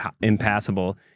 impassable